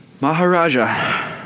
Maharaja